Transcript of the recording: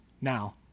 now